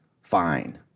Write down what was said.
fine